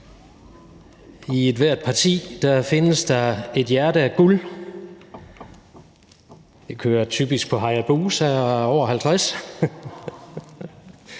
I ethvert parti findes der er et hjerte af guld. Det kører typisk på Hayabusa og er over 50